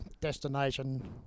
destination